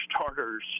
starters